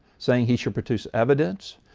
saying he should produce evidence,